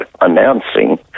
announcing